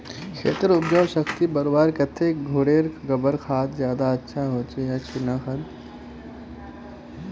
खेतेर उपजाऊ शक्ति बढ़वार केते घोरेर गबर खाद ज्यादा अच्छा होचे या किना खाद?